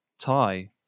tie